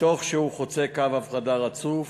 תוך שהוא חוצה קו הפרדה רצוף,